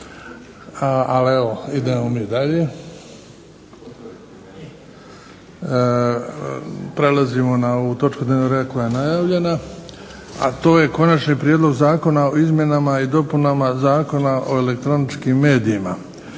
ali evo idemo mi dalje. Prelazimo na ovu točku dnevnog reda koja je najavljena, a to je –- Konačni prijedlog Zakona o izmjenama i dopunama Zakona o elektroničkim medijima,